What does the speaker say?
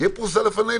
ברורה.